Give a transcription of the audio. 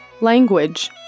Language